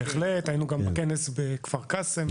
והיינו גם בכנס בכפר קאסם,